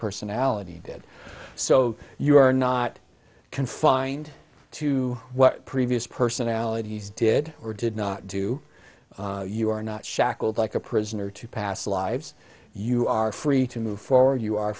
personality did so you are not confined to what previous personalities did or did not do you are not shackled like a prisoner to past lives you are free to move forward you are